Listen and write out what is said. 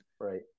right